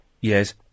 Yes